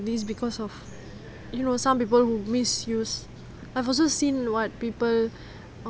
this because of you know some people who misuse I've also seen what people